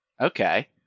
okay